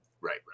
right